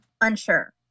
Unsure